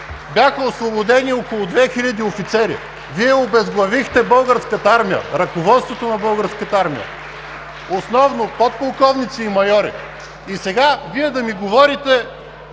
бяха освободени около 2000 офицери. Вие обезглавихте Българската армия, ръководството на Българската армия – основно подполковници и майори. (Ръкопляскания от